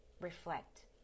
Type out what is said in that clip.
reflect